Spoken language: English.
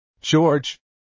George